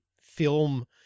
film